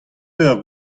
eur